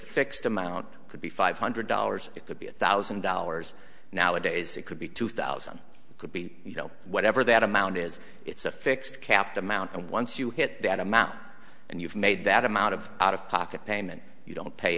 fixed amount could be five hundred dollars it could be a thousand dollars nowadays it could be two thousand could be you know whatever that amount is it's a fixed capped amount and once you hit that amount and you've made that amount of out of pocket payment you don't pay